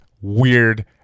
weird